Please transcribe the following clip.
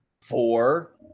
four